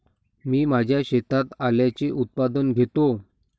मी माझ्या शेतात आल्याचे उत्पादन घेतो